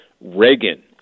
Reagan